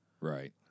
Right